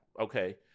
Okay